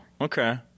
okay